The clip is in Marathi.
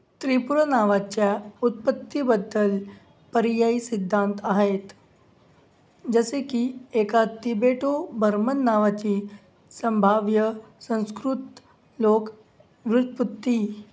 त्रिपुरा नावाच्या उत्पत्तीबद्दल पर्यायी सिद्धांत आहेत जसे की एका तिबेटो बर्मन नावाची संभाव्य संस्कृत लोक व्युत्पत्ती